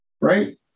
Right